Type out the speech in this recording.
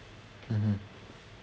mmhmm